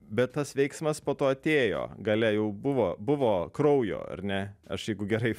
bet tas veiksmas po to atėjo gale jau buvo buvo kraujo ar ne aš jeigu gerai